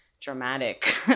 dramatic